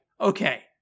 okay